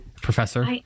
Professor